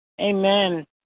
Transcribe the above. Amen